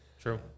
True